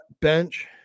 bench